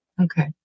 Okay